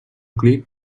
clic